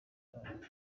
bayo